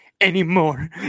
anymore